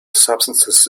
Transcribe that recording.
substances